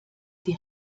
die